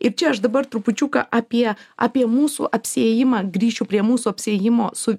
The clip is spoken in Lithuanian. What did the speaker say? ir čia aš dabar trupučiuką apie apie mūsų apsiėjimą grįšiu prie mūsų apsiėjimo su